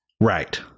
Right